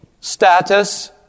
status